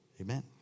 Amen